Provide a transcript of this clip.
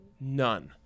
None